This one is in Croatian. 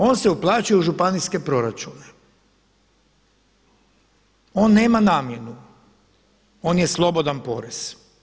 On se uplaćuje u županijske proračune, on nema namjenu, on je slobodan porez.